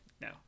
No